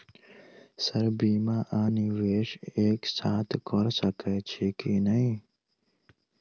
Sir बीमा आ निवेश एक साथ करऽ सकै छी की न ई?